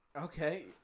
okay